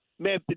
Man